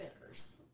bitters